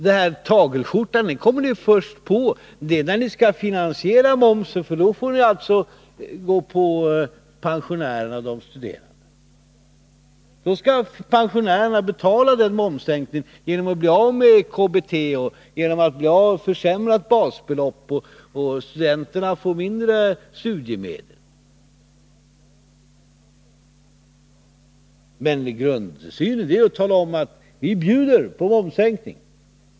Den här tagelskjortan kommer ni på först när ni skall finansiera momssänkningen, för då får ni gå på pensionärerna och de studerande. Pensionärerna skall betala momssänkningen genom att bli av med KBT och få ett försämrat basbelopp, och studenterna får mindre studiemedel. Men grundsynen är att tala om att ni bjuder på momssänkningen.